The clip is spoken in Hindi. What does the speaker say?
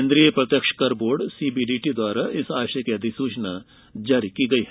केन्द्रीय प्रत्यक्ष कर बोर्ड सीबीडीटी द्वारा इस आशय की अधिसुचना जारी की गई है